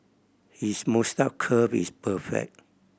his moustache curl is perfect